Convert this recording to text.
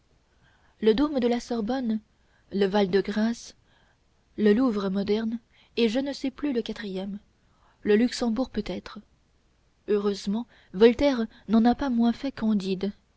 le dôme de la sorbonne le val-de-grâce le louvre moderne et je ne sais plus le quatrième le luxembourg peut-être heureusement voltaire n'en a pas moins fait candide